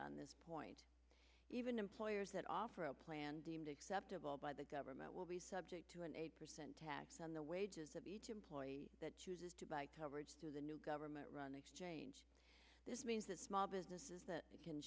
on this point even employers that offer a plan deemed acceptable by the government will be subject to an eight percent tax on the wages of each employee that chooses to buy coverage through the new government run the exchange this means that small businesses that